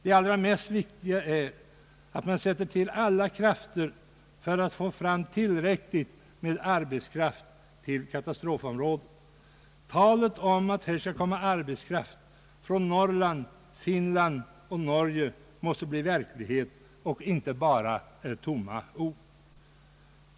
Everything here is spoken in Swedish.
Det allra viktigaste är att man sätter till alla krafter för att få fram tillräckligt med arbetskraft i katastrofområdet. Talet om att det skall komma arbetskraft från Norrland, Finland och Norge måste bli verklighet och inte bara tomma ord.